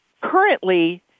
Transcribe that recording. Currently